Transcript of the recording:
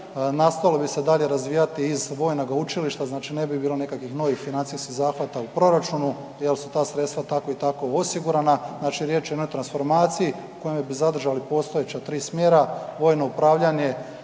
Nastavilo bi se dalje razvijati iz Vojnoga učilišta, znači ne bi bilo nekakvih novih financijskih zahvata u proračunu jer su ta sredstava tako i tako osigurana. Znači riječ je o jednoj transformaciji kojom bi zadržali postojeća 3 smjera, vojno upravljanje,